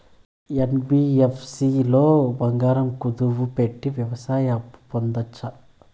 NBFC లో బంగారం కుదువు పెట్టి వ్యవసాయ అప్పు పొందొచ్చా?